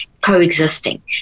coexisting